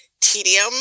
tedium